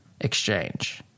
exchange